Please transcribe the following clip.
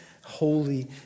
holy